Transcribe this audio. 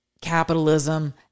capitalism